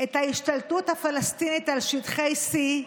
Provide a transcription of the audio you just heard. את ההשתלטות הפלסטינית על שטחי C,